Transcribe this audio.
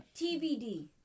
TBD